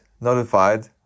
notified